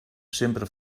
sempre